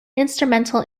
instrumental